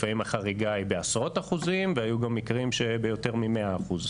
לפעמים החריגה היא בעשרות אחוזים והיו גם מקרים של יותר ממאה אחוז.